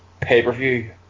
pay-per-view